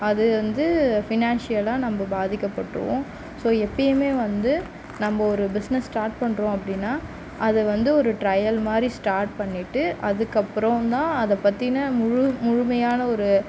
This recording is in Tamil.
அது வந்து ஃபினான்ஷியலாக நம்ப பாதிக்கப்பட்டுருவோம் ஸோ எப்பையுமே வந்து நம்ப ஒரு பிஸ்னஸ் ஸ்டார்ட் பண்ணுறோம் அப்படின்னா அதை வந்து ஒரு ட்ரையல் மாதிரி ஸ்டார்ட் பண்ணிவிட்டு அதுக்கப்பறோம் தான் அதை பற்றின முழு முழுமையான ஒரு